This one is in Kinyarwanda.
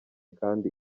kandi